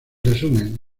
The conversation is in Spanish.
resumen